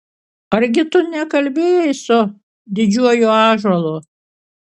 argi tu nekalbėjai su didžiuoju ąžuolu